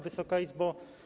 Wysoka Izbo!